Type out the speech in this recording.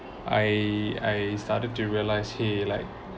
I I started to realise !hey! like